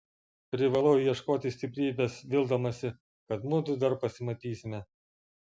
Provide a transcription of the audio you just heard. privalau ieškoti stiprybės vildamasi kad mudu dar pasimatysime